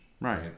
right